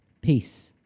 Peace